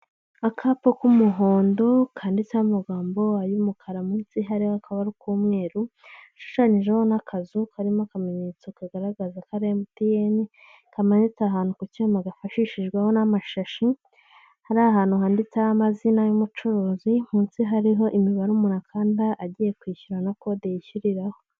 Akapa k'umuhondo kanditseho amagambo ay'umukara, munsi hariho akabara k'umweru, hashushanyijeho n'akazu karimo akamenyetso kagaragaza ko ari MTN, kamanitse ahantu ku cyuma gafashishijweho n'amashashi, hari ahantu handitseho amazina y'umucuruzi munsi hariho imibare umuntu akanda agiye kwishyura na kode yishyuriraho.